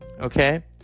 okay